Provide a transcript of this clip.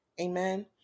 amen